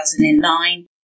2009